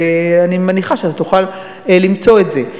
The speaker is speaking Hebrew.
ואני מניחה שאתה תוכל למצוא את זה.